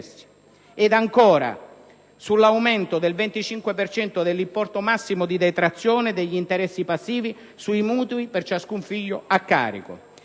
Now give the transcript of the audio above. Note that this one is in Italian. nato; sull'aumento del 10 per cento dell'importo massimo di detrazione degli interessi passivi sui mutui per ciascun figlio a carico;